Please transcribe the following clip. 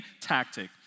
tactic